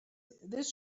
this